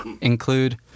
include